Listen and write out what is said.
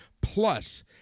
plus